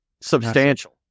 substantial